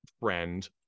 friend